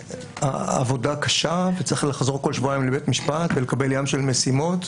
כשהעבודה קשה וצריך לחזור כל שבועיים לבית משפט ולקבל ים של משימות.